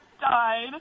died